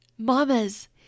Mamas